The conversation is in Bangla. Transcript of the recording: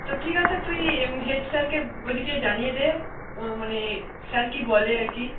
তো ঠিক আছে তুই হেড স্যারকে ওদিকে জানিয়ে দে মানে স্যার কী বলে আর কি